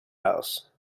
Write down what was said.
house